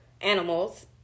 animals